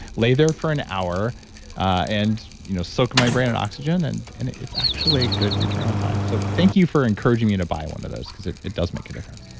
lay there for an hour and you know soaking my brain in oxygen. and and it's actually a good return on time. so thank you for encouraging me to buy one of those because it it does make a difference